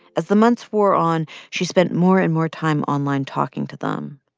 as the months wore on, she spent more and more time online talking to them.